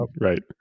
right